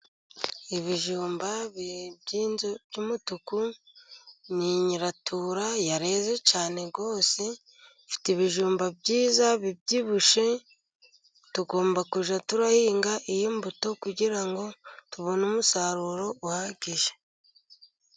Ibijumba by'inzu by'umutuku ni Nyiratura yareze cyane rwose, ifite ibijumba byiza bibyibushye, tugomba kujya duhinga iyi mbuto, kugira ngo tubone umusaruro uhagije.